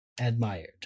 admired